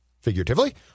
figuratively